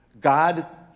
God